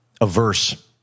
averse